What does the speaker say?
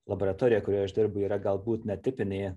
laboratorija kurioje aš dirbu yra galbūt netipinė